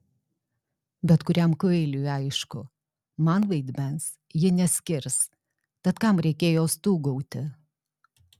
bet kuriam kvailiui aišku man vaidmens ji neskirs tad kam reikėjo stūgauti